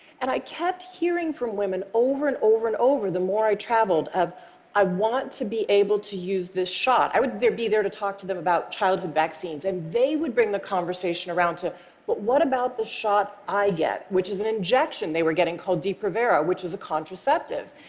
and i kept hearing from women, over and over and over, the more i traveled, i want to be able to use this shot. i would be there to talk to them about childhood vaccines, and they would bring the conversation around to but what about the shot i get? which is an injection they were getting called depo-provera, which is a contraceptive.